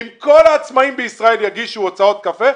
אם כל העצמאים בישראל יגישו הוצאות קפה,